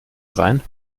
rhein